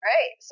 Right